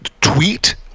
tweet